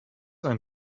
ein